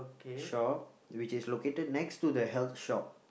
shop which is located next to the health shop